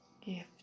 Gift